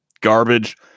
garbage